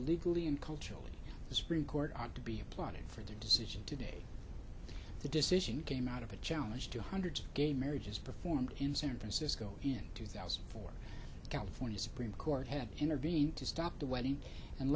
legally and cultural the supreme court ought to be applauded for that decision today the decision came out of a challenge two hundred gay marriages performed in san francisco in two thousand and four california supreme court had intervened to stop the wedding and